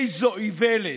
איזו איוולת,